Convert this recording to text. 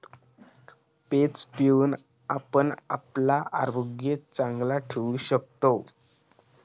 page पिऊन आपण आपला आरोग्य चांगला ठेवू शकतव